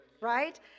right